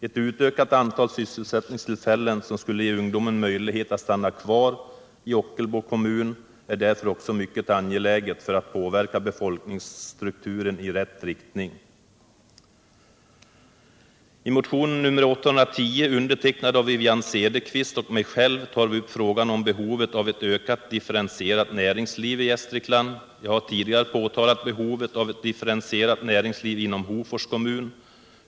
Ett utökat antal syselsättningstillfällen, som skulle ge ungdomen möjlighet att stanna kvar i Ockelbo kommun, är därför också mycket angeläget för att påverka befolkningsstrukturen i rätt riktning. I motionen 810, undertecknad av Wivi-Anne Cederqvist och mig, tar vi upp frågan om behovet av ökat differentierat näringsliv i Gästrikland. Jag har tidigare påtalat behovet av ett differentierat näringsliv inom Hofors kommun.